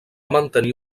mantenir